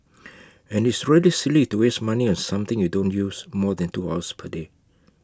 and it's really silly to waste money on something you don't use more than two hours per day